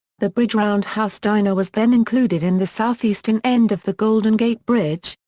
the bridge round house diner was then included in the southeastern end of the golden gate bridge,